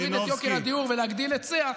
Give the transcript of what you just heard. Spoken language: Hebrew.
ואז כשרוצים להוריד את יוקר הדיור ולהגדיל היצע,